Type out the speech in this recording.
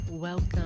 Welcome